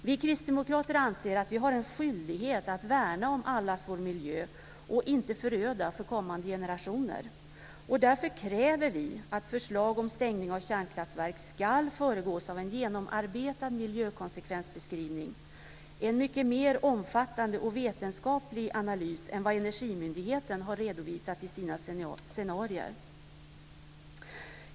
Vi kristdemokrater anser att vi har en skyldighet att värna om allas vår miljö och inte föröda för kommande generationer. Därför kräver vi att förslag om stängning av kärnkraftverk ska föregås av en genomarbetad miljökonsekvensbeskrivning, dvs. en mycket mer omfattande och vetenskaplig analys än vad Energimyndigheten har redovisat i sina scenarier.